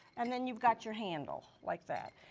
and then you've got your handle like that.